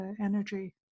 energy